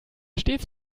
stets